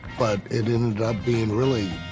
but it ended up being, really,